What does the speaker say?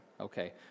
Okay